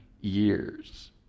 years